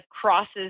crosses